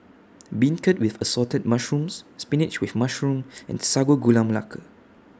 Beancurd with Assorted Mushrooms Spinach with Mushroom and Sago Gula Melaka